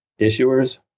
issuers